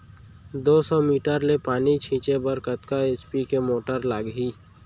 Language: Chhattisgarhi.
दो सौ मीटर ले पानी छिंचे बर कतका एच.पी के मोटर लागही?